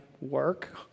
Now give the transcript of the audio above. work